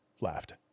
laughed